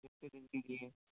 कितने दिन के लिए